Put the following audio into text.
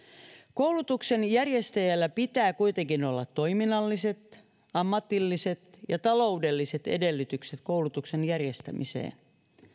koulutuksen järjestäjällä pitää kuitenkin olla toiminnalliset ammatilliset ja taloudelliset edellytykset koulutuksen järjestämiseen